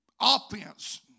offense